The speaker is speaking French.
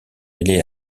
mêlés